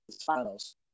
Finals